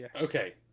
Okay